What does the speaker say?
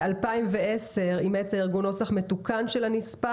ב-2010 אימץ הארגון נוסח מתוקן של הנספח.